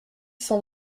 cent